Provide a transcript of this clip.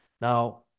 Now